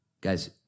Guys